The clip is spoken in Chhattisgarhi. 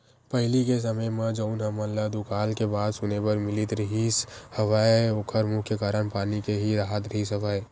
पहिली के समे म जउन हमन ल दुकाल के बात सुने बर मिलत रिहिस हवय ओखर मुख्य कारन पानी के ही राहत रिहिस हवय